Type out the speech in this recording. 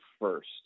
first